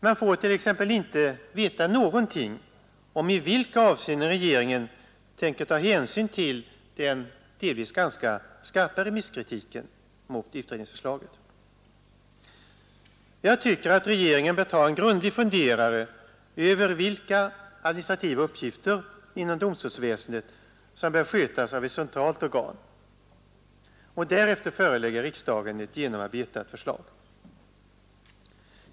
Man får t.ex. inte veta någonting om i vilka avseenden regeringen tänker ta hänsyn till den delvis ganska skarpa remisskritiken mot utredningsförslaget. Jag tycker att regeringen bör ta sig en grundlig funderare på vilka administrativa uppgifter inom domstolsväsendet som bör skötas av ett centralt organ och därefter förelägga riksdagen ett genomarbetat förslag.